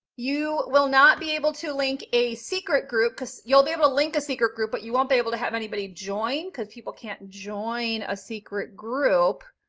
you will not be able to link a secret group, because you'll be able to link the secret group, but you won't be able to have anybody join because people can't join a secret group.